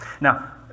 Now